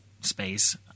space